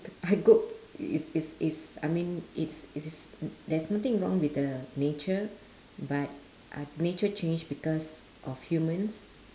I is is is I mean it's it's there's nothing wrong with the nature but uh nature change because of humans